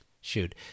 shoot